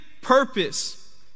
purpose